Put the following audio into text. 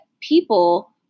people